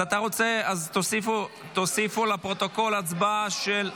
זה לא משנה את תוצאות ההצבעה.